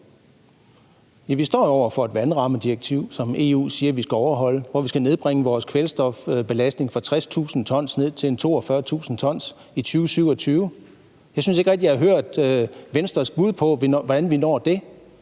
Vi står jo over for et vandrammedirektiv, som EU siger vi skal overholde, hvor vi skal nedbringe vores kvælstofbelastning fra 60.000 t til 42.000 t i 2027. Jeg synes ikke rigtig, jeg har hørt Venstres bud på, hvordan vi når det.